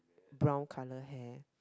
brown colour hair